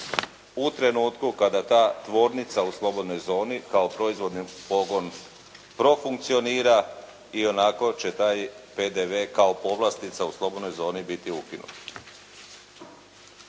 u trenutku kada ta tvornica u slobodnoj zoni kao proizvodni pogon profunkcionira ionako će taj PDV kao povlastica u slobodnoj zoni biti ukinuta.